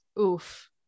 oof